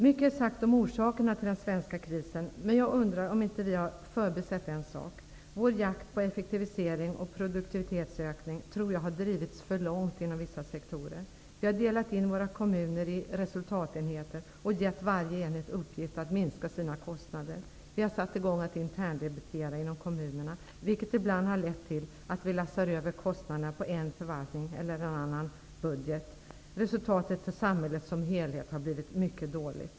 Mycket är sagt om orsakerna till den svenska krisen, men jag undrar om vi inte har förbisett en sak: Vår jakt på effektivisering och produktivitetsökning har, tror jag, drivits för långt inom vissa sektorer. Vi har delat in våra kommuner i resultatenheter och gett varje enhet i uppgift att minska sina kostnader. Vi har satt i gång att interndebitera inom kommunerna, vilket ibland har lett till att vi har lastat över kostnaderna på en annan förvaltning eller en annan budget. Resultatet för samhället som helhet har blivit mycket dåligt.